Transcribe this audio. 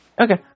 Okay